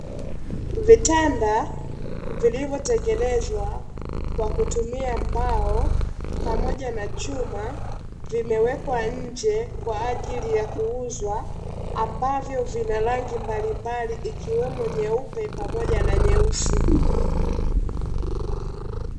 Vitanda vilivyotengenezwa kwa kutumia mbao, pamoja na chuma vimewekwa nje, kwa ajili ya kuuzwa, ambavyo vina rangi mbalimbal, ikiwemo nyeupe pamoja na nyeusi.